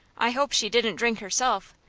i hope she didn't drink herself,